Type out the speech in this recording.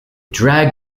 dragged